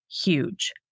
huge